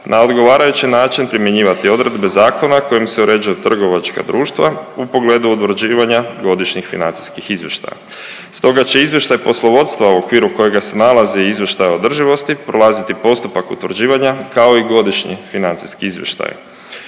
na odgovarajući način primjenjivati odredbe zakona kojim se uređuju trgovačka društva u pogledu utvrđivanja godišnjih financijskih izvještaja. Stoga će izvještaj poslovodstva u okviru kojega se nalazi i izvještaj o održivosti prolaziti postupak utvrđivanja, kao i godišnji financijski izvještaji.